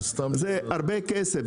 זה הרבה כסף,